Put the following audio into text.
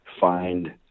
find